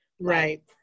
right